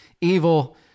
Evil